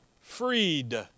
freed